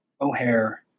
O'Hare